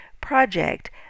project